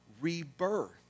rebirth